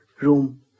room